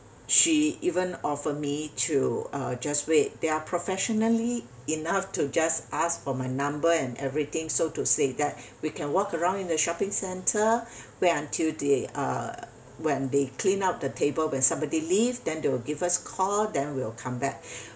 she even offered me to uh just wait they are professionally enough to just ask for my number and everything so to say that we can walk around in the shopping centre wait until they uh when they clean up the table when somebody leave then they will give us call then we'll come back